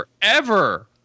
forever